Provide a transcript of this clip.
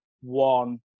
one